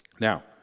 Now